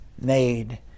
made